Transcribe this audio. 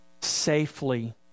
safely